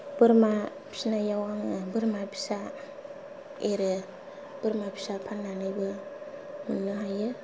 बोरमा फिसिनायाव आङो बोरमा फिसा एरो बोरमा फिसा फाननानैबो मोननो हायो